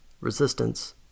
resistance